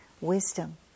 wisdom